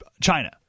china